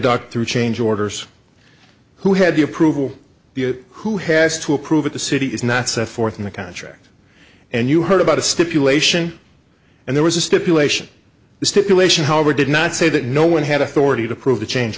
dark through change orders who had the approval who has to approve it the city is not set forth in the contract and you heard about a stipulation and there was a stipulation the stipulation however did not say that no one had authority to prove the change